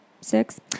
six